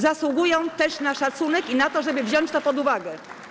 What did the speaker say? Zasługują też na szacunek i na to, żeby wziąć to pod uwagę.